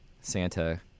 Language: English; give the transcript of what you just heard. Santa